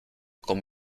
con